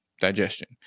digestion